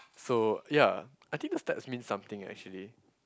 so ya I think the steps mean something actually